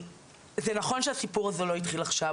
זה נכון שהסיפור הזה לא התחיל עכשיו,